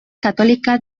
católica